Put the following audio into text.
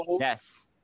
Yes